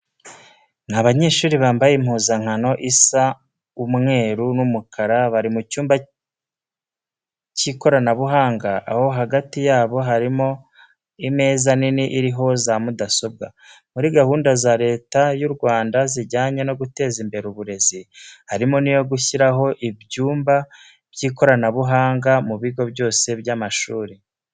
Ni abanyeshuri bambaye impuzankano isa umweru n'umukara, bari mu cyumba cy'ikiranabuhanga aho hagati yabo harimo imeza nini iriho za mudasobwa. Muri gahunda za Leta y'u Rwanda zijyanye no guteza imbere uburezi, harimo n'iyo gushyiraho imbyumba by'ikoranabuhanga mu bigo byose by'amashuri.